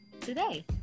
today